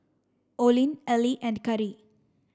Olene Elie and Kari